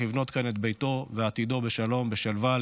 לבנות כאן את ביתו ועתידו בשלום ובשלווה,